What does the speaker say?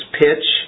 pitch